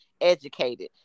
educated